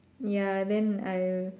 ya then I